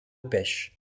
pêche